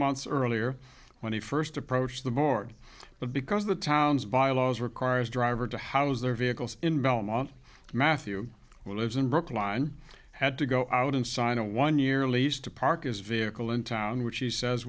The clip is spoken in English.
months earlier when he first approached the board but because the town's bylaws requires driver to howe's their vehicles in belmont matthew who lives in brookline had to go out and sign a one year lease to park as vehicle in town which he says